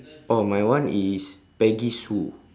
oh my one is peggy sue